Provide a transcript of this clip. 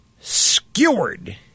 skewered